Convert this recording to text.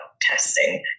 testing